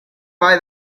buy